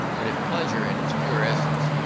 but if pleasure, in its pure essence,